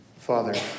Father